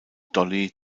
dolly